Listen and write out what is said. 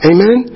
Amen